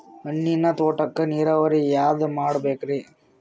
ಹಣ್ಣಿನ್ ತೋಟಕ್ಕ ನೀರಾವರಿ ಯಾದ ಮಾಡಬೇಕ್ರಿ?